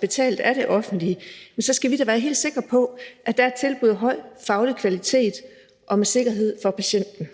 betalt af det offentlige, skal vi da være helt sikre på, at det er et tilbud af høj faglig kvalitet og med sikkerhed for patienten.